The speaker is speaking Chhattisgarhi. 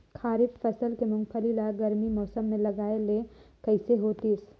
खरीफ फसल के मुंगफली ला गरमी मौसम मे लगाय ले कइसे होतिस?